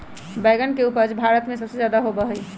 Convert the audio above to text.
बैंगन के उपज भारत में सबसे ज्यादा होबा हई